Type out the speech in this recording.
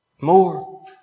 More